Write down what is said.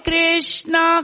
Krishna